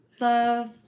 love